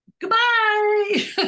goodbye